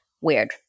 weird